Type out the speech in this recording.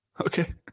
Okay